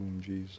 Jesus